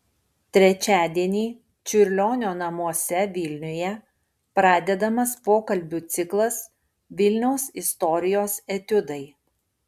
trečiadienį čiurlionio namuose vilniuje pradedamas pokalbių ciklas vilniaus istorijos etiudai